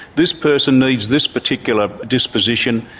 this person needs this particular disposition,